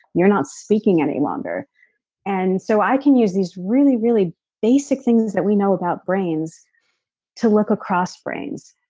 you're not speaking any longer and so i can use these really, really basic things that we know about brains to look across frames.